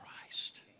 Christ